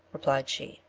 replied she,